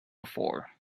before